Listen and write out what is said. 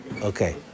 Okay